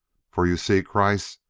for you see, kreiss,